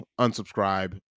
unsubscribe